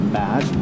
bad